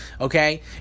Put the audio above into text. Okay